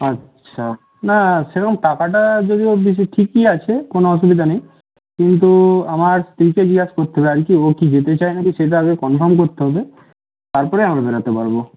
আচ্ছা না সেরকম টাকাটা যদিও ঠিকই লাগছে কোনো অসুবিধা নেই কিন্তু আমার স্ত্রীকে জিজ্ঞেস করতে হবে আগে কি ও কি যেতে চায় না কি সেটা কনফার্ম করতে হবে তারপরে আমি বেরোতে পারবো